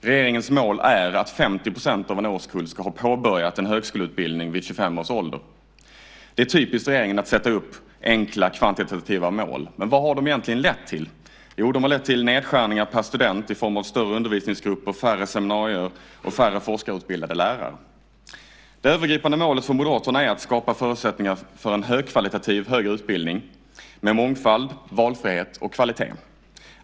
Regeringens mål är att 50 % av en årskull ska ha påbörjat en högskoleutbildning vid 25 års ålder. Det är typiskt för regeringen att sätta upp enkla, kvantitativa mål. Men vad har de egentligen lett till? Jo, de har lett till nedskärningar i resurser per student genom större undervisningsgrupper, färre seminarier och färre forskarutbildade lärare. Det övergripande målet för Moderaterna är att skapa förutsättningar för en högkvalitativ högre utbildning med mångfald, valfrihet och kvalitet.